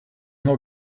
not